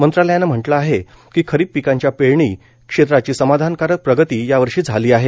मंत्रालयानं म्हटलं आहे की खरीप पिकांच्या पेरणी क्षेत्राची समाधानकारक प्रगती यावर्षी झाली आहे